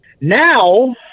now